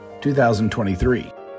2023